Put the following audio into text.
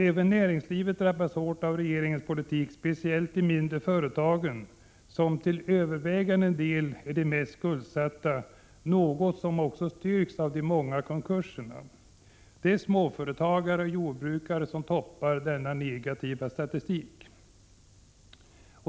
Även näringslivet drabbas hårt av regeringens politik, speciellt de mindre företagen, som till övervägande del är de mest skuldsatta, något som också styrks av de många konkurserna. Det är småföretagare och jordbrukare som toppar denna negativa statistik.